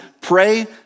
pray